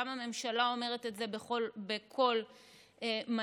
גם הממשלה אומרת את זה בקול מלא,